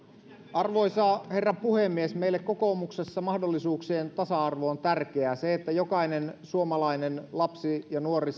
arvoisa herra puhemies meille kokoomuksessa mahdollisuuksien tasa arvo on tärkeää se että jokainen suomalainen lapsi ja nuori